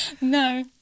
No